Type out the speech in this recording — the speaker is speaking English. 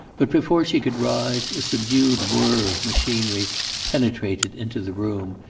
but before she could rise a subdued whirr of machinery penetrated into the room,